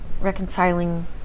reconciling